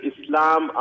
Islam